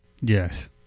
yes